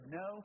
no